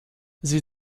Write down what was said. sie